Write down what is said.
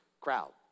crowd